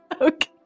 Okay